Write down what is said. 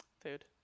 food